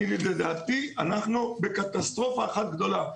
לדעתי אנחנו בקטסטרופה אחת גדולה.